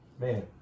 Man